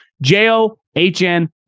J-O-H-N